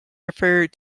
referred